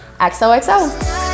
XOXO